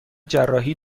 جراحی